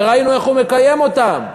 וראינו איך הוא מקיים אותן.